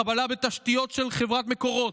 חבלה בתשתיות של חברת מקורות,